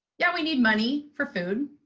yeah, we need money for food.